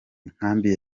inkambi